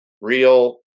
real